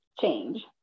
change